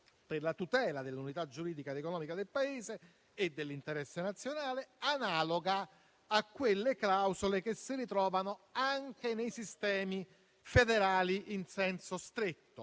per la tutela dell'unità giuridica ed economica del Paese e dell'interesse nazionale, analoga a quelle che si ritrovano anche nei sistemi federali in senso stretto.